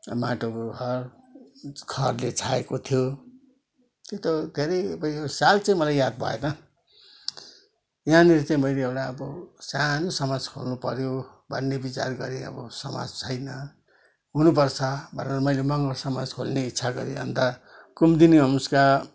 अब माटोको घर खरले छाएको थियो त्यो त के अरे साल चाहिँ मलाई याद भएन यहाँनिर मैले एउटा अब सानो समाज खोल्नुपर्यो भन्ने विचार गरेँ अब समाज छैन हुनुपर्छ भनेर मैले मगर समाज खोल्ने इच्छा गरेँ अन्त कुमुदिनी होम्सका